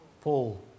Paul